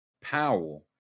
powell